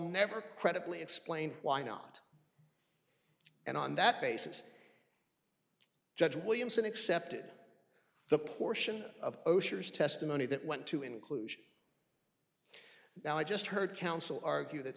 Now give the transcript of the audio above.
never credibly explained why not and on that basis judge williamson accepted the portion of testimony that went to inclusion now i just heard counsel argue that